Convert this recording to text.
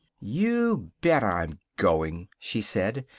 you bet i'm going, she said,